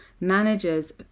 managers